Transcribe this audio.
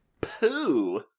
Poo